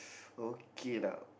okay lah